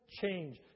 change